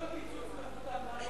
אם הקיצוץ מבוטל,